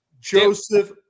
Joseph